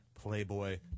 playboy